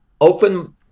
open